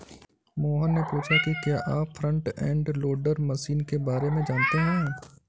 मोहन ने पूछा कि क्या आप फ्रंट एंड लोडर मशीन के बारे में जानते हैं?